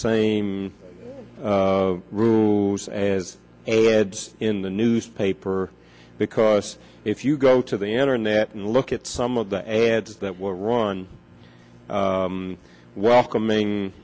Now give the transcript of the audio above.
same rules as a heads in the newspaper because if you go to the internet and look at some of the ads that were on welcoming